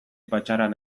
patxaran